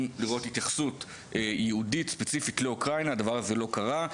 לראות התייחסות ייעודית לאוקראינה והדבר הזה לא קרה.